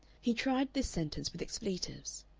he tried this sentence with expletives.